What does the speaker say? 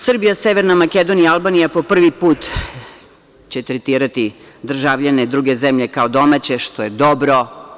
Srbija-Severna Makedonija-Albanija po prvi put će tretirati državljane druge zemlje kao domaće, što je dobro.